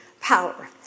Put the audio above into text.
power